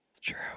True